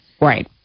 Right